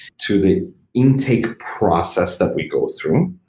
to the intake process that we go through,